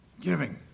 giving